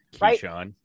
Right